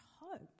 hope